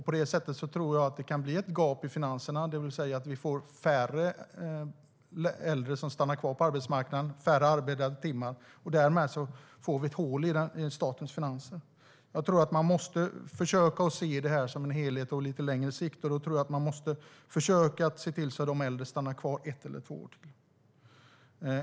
På det sättet tror jag att det kan bli ett gap i finanserna, det vill säga att vi får färre äldre som stannar kvar på arbetsmarknaden och färre arbetade timmar. Därmed får vi ett hål i statens finanser. Jag tror att man måste försöka se det här som en helhet och på lite längre sikt. Då tror jag att man måste försöka se till att de äldre stannar kvar ett eller två år till.